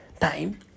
time